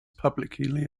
publicly